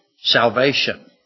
salvation